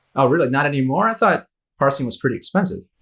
oh, really? like not anymore? i thought parsing was pretty expensive.